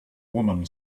woman